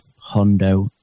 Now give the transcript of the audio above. Hondo